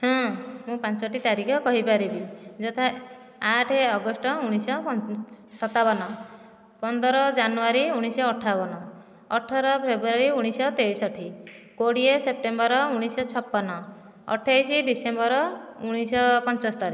ହଁ ମୁଁ ପାଞ୍ଚୋଟି ତାରିଖ କହି ପାରିବି ଯଥା ଆଠ ଅଗଷ୍ଟ ଉଣେଇଶ ସତାବନ ପନ୍ଦର ଜାନୁଆରୀ ଉଣେଇଶ ଅଠାବନ ଅଠର ଫେବୃଆରୀ ଉଣେଇଶ ତେଷଠି କୋଡ଼ିଏ ସେପ୍ଟେମ୍ବର ଉଣେଇଶ ଛପନ ଅଠେଇଶ ଡିସେମ୍ବର ଉଣେଇଶ ପଞ୍ଚସ୍ତରୀ